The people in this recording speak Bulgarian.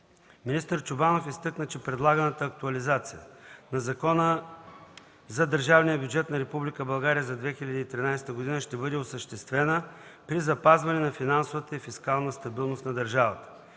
Министър Чобанов изтъкна, че предлаганата актуализация на Закона за държавния бюджет на Република България за 2013 г. ще бъде осъществена при запазване на финансовата и фискалната стабилност на държавата.